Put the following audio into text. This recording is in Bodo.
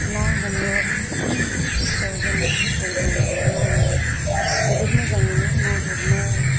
ना हमनो जों ओन्दै ओन्दैयाव ना हमनो जोबोद मोजां मोनो ना गुरनो